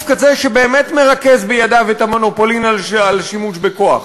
כזה שבאמת מרכז בידיו את המונופולין על שימוש בכוח,